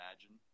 imagine